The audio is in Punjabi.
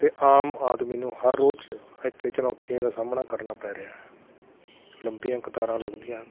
ਅਤੇ ਆਮ ਆਦਮੀ ਨੂੰ ਹਰ ਰੋਜ਼ ਇੱਥੇ ਚੁਣੌਤੀਆਂ ਦਾ ਸਾਹਮਣਾ ਕਰਨਾ ਪੈ ਰਿਹਾ ਲੰਬੀਆਂ ਕਤਾਰਾਂ ਲੱਗਦੀਆਂ ਹਨ